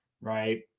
right